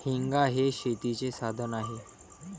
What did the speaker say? हेंगा हे शेतीचे साधन आहे